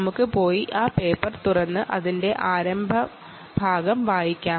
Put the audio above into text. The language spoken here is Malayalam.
നമുക്ക് പോയി ആ പേപ്പർ തുറന്ന് അതിന്റെ ആരംഭ ഭാഗം വായിക്കാം